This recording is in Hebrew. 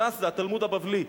ש"ס זה התלמוד הבבלי.